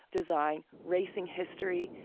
design racing history.